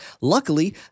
Luckily